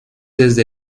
desde